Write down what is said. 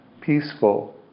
peaceful